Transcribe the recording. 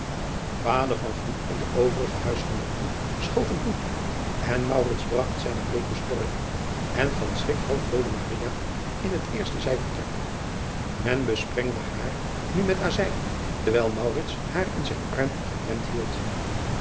ader en de overige huisgenooten schoten toe en bragt zijne bleek bestorven en van schrik half doode in het eerste zijvertrek en besprengde haar nu met azijn terwijl haar in zijn arm geklemd hield